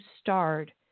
starred